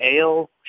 ale